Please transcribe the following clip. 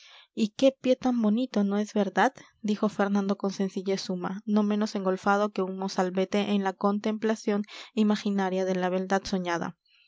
y qué pie tan bonito no es verdad dijo fernando con sencillez suma no menos engolfado que un mozalbete en la contemplación imaginaria de la beldad soñada